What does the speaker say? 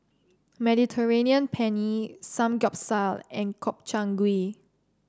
Mediterranean Penne Samgyeopsal and Gobchang Gui